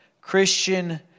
Christian